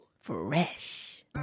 Fresh